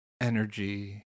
energy